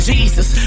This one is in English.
Jesus